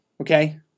okay